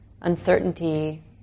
uncertainty